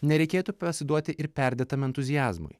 nereikėtų pasiduoti ir perdėtam entuziazmui